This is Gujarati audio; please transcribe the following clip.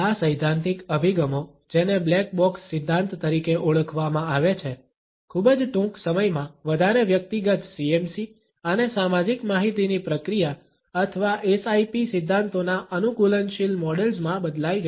આ સૈદ્ધાંતિક અભિગમો જેને બ્લેક બોક્સ સિદ્ધાંત તરીકે ઓળખવામાં આવે છે ખૂબ જ ટૂંક સમયમાં વધારે વ્યક્તિગત CMC અને સામાજિક માહિતીની પ્રક્રિયા અથવા SIP સિદ્ધાંતોના અનુકૂલનશીલ મોડેલ્સ માં બદલાઈ ગયા